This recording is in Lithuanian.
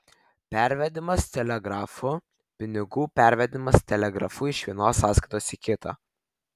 pervedimas telegrafu pinigų pervedimas telegrafu iš vienos sąskaitos į kitą